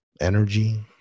energy